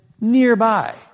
nearby